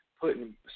putting